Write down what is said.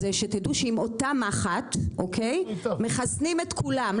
אז שתדעו שעם אותם מחט מחסנים את כולם,